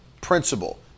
principle